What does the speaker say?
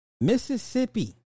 Mississippi